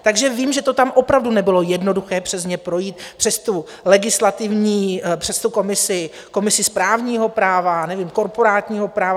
Takže vím, že to tam opravdu nebylo jednoduché přes ně projít, přes tu legislativní komisi správního práva, nevím korporátního práva.